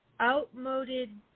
outmoded